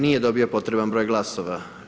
Nije dobio potreban broj glasova.